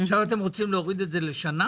עכשיו אתם רוצים להוריד את זה לשנה?